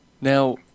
Now